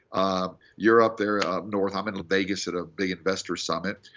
um you're up there, up north. i'm in vegas at a big investor's summit.